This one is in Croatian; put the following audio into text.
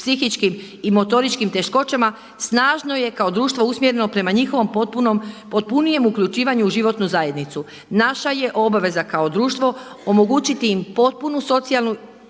psihičkim i motoričkim teškoćama snažno je kao društvo usmjereno prema njihovom potpunijem uključivanju u životnu zajednicu. Naša je obaveza kao društvo omogućiti im potpunu socijalnu